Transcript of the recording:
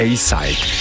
A-Side